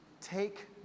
take